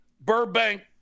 Burbank